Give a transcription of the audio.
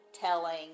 telling